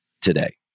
today